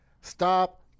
Stop